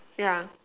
yeah